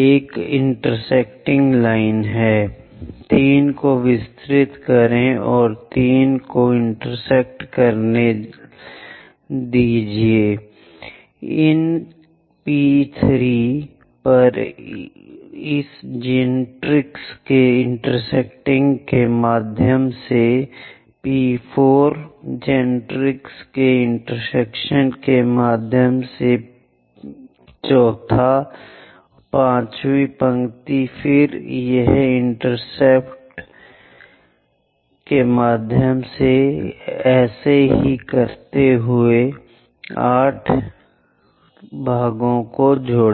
एक इंटरसेक्टिंग है 3 को विस्तारित करें जो 3 को इंटरसेक्ट करने जा रहा है इन P 3 पर इन जेनरेट्रिक्स इंटरसेक्टिंग के माध्यम से जाता है इस P 4 पर जेनरेट्रिक्स चौराहों के माध्यम से 4 वीं लाइन 5 वीं पंक्ति फिर से यहां इंटरसेप्ट करती है 6 वीं एक इस के माध्यम से गुजरती है बिंदु P6 और 7 वीं पंक्ति यह इस जेनरेट्रिक्स से होकर गुजरती है और 8 वीं इस जेनरेटर मैट्रिक्स P8 से होकर गुजरती है